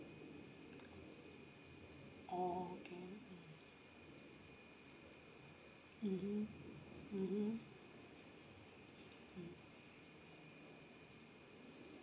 oh okay mmhmm mmhmm mm